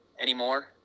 anymore